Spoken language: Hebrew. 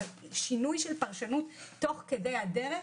אבל שינוי של פרשנות תוך כדי הדרך,